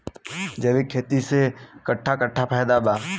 जैविक खेती करे से कट्ठा कट्ठा फायदा बा?